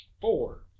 four